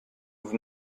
vous